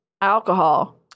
alcohol